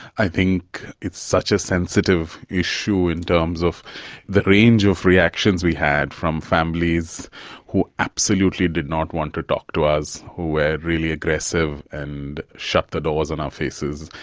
i think it's such a sensitive issue in terms of the range of reactions we had from families who absolutely did not want to talk to us, who were really aggressive and shut the doors in our faces.